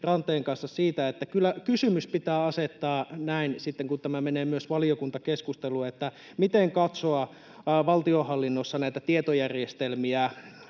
Ranteen kanssa, että kyllä kysymys pitää asettaa näin sitten, kun tämä menee myös valiokuntakeskusteluun, että miten katsoa valtionhallinnossa näitä tietojärjestelmiä